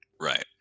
Right